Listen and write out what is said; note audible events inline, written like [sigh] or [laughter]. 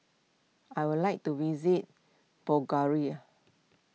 I would like to visit [unintelligible]